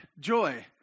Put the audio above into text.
joy